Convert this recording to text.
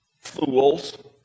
fools